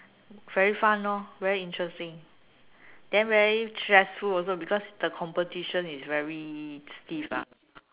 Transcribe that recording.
very fun lor very interesting then very stressful also because the competition is very stiff ah